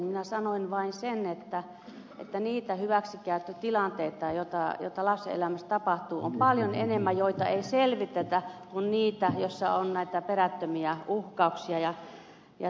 minä sanoin vain sen että niitä lapsen elämässä tapahtuvia hyväksikäyttötilanteita joita ei selvitetä on paljon enemmän kuin niitä joissa on näitä perättömiä uhkauksia